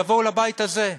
יבואו לבית הזה,